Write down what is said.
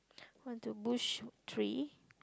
one two bush three